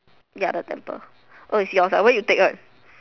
ya the temple oh it's yours ah where you take one